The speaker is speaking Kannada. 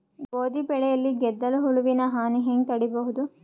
ಗೋಧಿ ಬೆಳೆಯಲ್ಲಿ ಗೆದ್ದಲು ಹುಳುವಿನ ಹಾನಿ ಹೆಂಗ ತಡೆಬಹುದು?